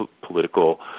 political